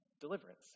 deliverance